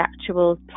actual